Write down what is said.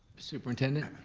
superintendent.